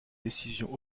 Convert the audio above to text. décisions